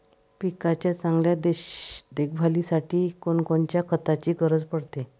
पिकाच्या चांगल्या देखभालीसाठी कोनकोनच्या खताची गरज पडते?